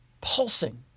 pulsing